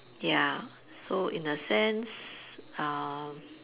ya so in a sense um